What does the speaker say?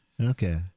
Okay